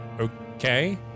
Okay